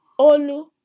Olu